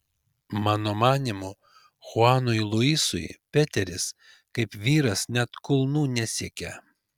mano manymu chuanui luisui peteris kaip vyras net kulnų nesiekia